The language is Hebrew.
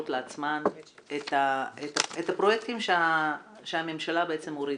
לעצמן את הפרויקטים שהממשלה מורידה.